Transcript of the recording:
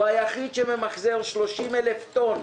הוא היחיד שממחזר 30,000 טון